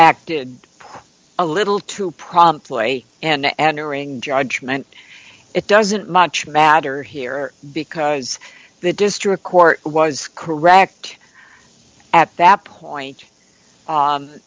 acted a little too promptly and entering judgment it doesn't much matter here because the district court was correct at that point